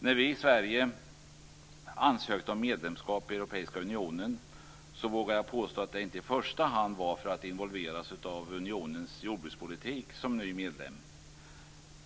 När vi i Sverige ansökte om medlemskap i Europeiska unionen vågar jag påstå att det inte i första hand var för att involveras av unionens jordbrukspolitik som ny medlem.